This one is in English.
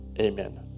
amen